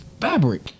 fabric